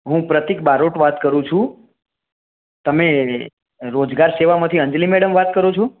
હું પ્રતીક બારોટ વાત કરું છું તમે રોજગાર સેવામાંથી અંજલિ મેડમ વાત કરો છો